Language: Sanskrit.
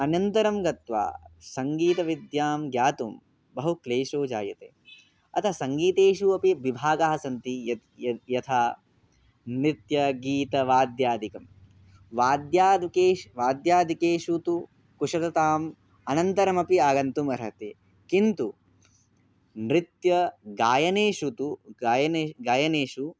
अनन्तरं गत्वा सङ्गीतविद्यां ज्ञातुं बहु क्लेशो जायते अतः सङ्गीतेषु अपि विभागाः सन्ति यत् य यथा नृत्यं गीतं वाद्यादिकं वाद्यादिकेषु वाद्यादिकेषु तु कुशलताम् अनन्तरमपि आगन्तुम् अर्हति किन्तु नृत्य गायनेषु तु गायने गायनेषु